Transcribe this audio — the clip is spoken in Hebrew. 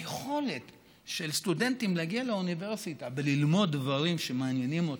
היכולת של סטודנטים להגיע לאוניברסיטה וללמוד דברים שמעניינים אותם,